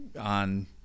on